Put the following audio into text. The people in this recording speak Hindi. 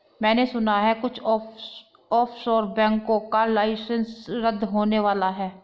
मैने सुना है कुछ ऑफशोर बैंकों का लाइसेंस रद्द होने वाला है